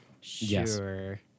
Sure